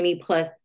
plus